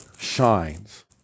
shines